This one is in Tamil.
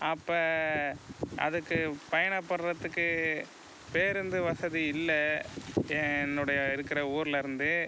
அப்போ அதுக்கு பயணப்படுறதுக்கு பேருந்து வசதி இல்லை எ என்னுடைய இருக்கிற ஊர்லேருந்து